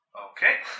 Okay